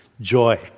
joy